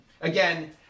Again